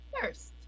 first